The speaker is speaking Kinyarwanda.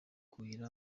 kuhira